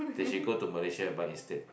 they should go to Malaysia and buy instead